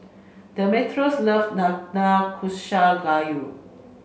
Demetrios love Nanakusa Gayu